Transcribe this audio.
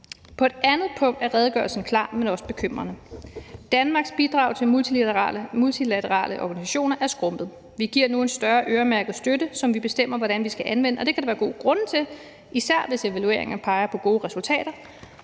På et andet punkt er redegørelsen klar, men også bekymrende. Danmarks bidrag til multilaterale organisationer er skrumpet. Vi giver nu en større øremærket støtte, som vi bestemmer hvordan vi skal anvende, og det kan der være gode grunde til, især hvis evalueringer peger på gode resultater.